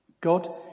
God